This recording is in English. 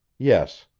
yes,